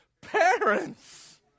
parents